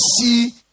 see